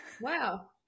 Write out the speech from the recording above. wow